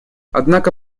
однако